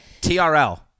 TRL